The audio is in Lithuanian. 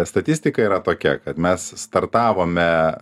statistika yra tokia kad mes startavome